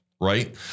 Right